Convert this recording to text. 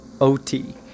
OT